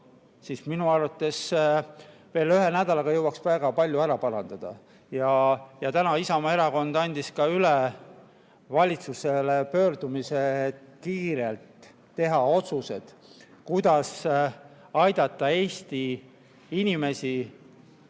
siis minu arvates veel ühe nädalaga jõuaks väga palju ära parandada. Täna Isamaa Erakond andis üle valitsusele pöördumise, et kiirelt teha otsused, kuidas aidata Eesti inimesi